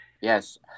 yes